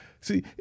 See